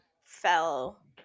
fell